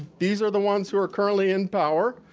these are the ones who are currently in power.